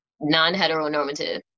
non-heteronormative